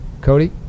Cody